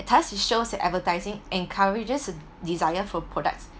thus it shows that advertising encourages a desire for products